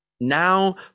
now